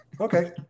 Okay